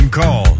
call